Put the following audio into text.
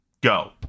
Go